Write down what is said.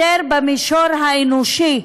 יותר במישור האנושי,